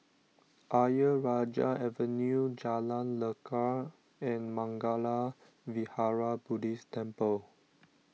Ayer Rajah Avenue Jalan Lekar and Mangala Vihara Buddhist Temple